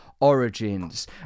origins